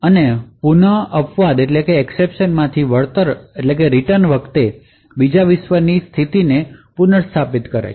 અને પુન અપવાદમાંથી રિટર્ન વખતે બીજા વિશ્વની સ્થિતિને પુનર્સ્થાપિત કરે છે